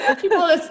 people